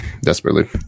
desperately